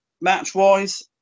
match-wise